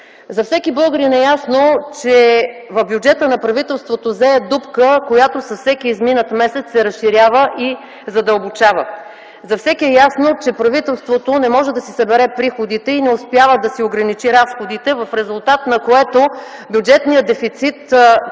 За всеки българин е ясно, че в бюджета на правителството зее дупка, която с всеки изминал месец се разширява и задълбочава. За всеки е ясно, че правителството не може да си събере приходите и не успява да си ограничи разходите, в резултат на което бюджетният дефицит към